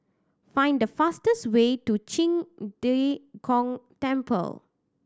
find the fastest way to Qing De Gong Temple